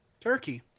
Turkey